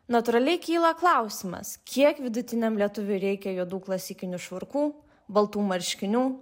natūraliai kyla klausimas kiek vidutiniam lietuviui reikia juodų klasikinių švarkų baltų marškinių